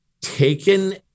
taken